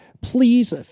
Please